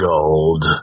Gold